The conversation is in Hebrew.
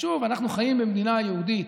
אנחנו חיים במדינה יהודית,